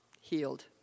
healed